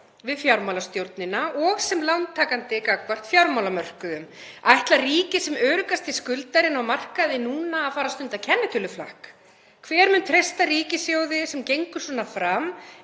við fjármálastjórnina og sem lántakandi gagnvart fjármálamörkuðum. Ætlar ríkið, sem öruggasti skuldarinn á markaði núna, að fara að stunda kennitöluflakk? Hver mun treysta ríkissjóði sem gengur svona fram